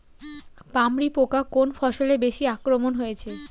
পামরি পোকা কোন ফসলে বেশি আক্রমণ হয়েছে?